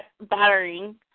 battering